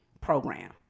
program